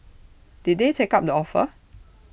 did they take up the offer